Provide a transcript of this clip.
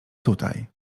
tutaj